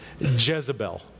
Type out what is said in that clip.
Jezebel